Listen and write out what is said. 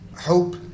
Hope